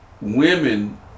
Women